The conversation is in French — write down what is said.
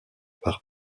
par